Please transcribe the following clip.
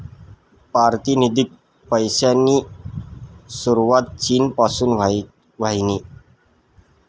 पारतिनिधिक पैसासनी सुरवात चीन पासून व्हयनी